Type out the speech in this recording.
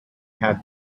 had